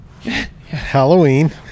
Halloween